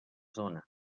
zona